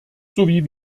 sowie